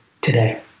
today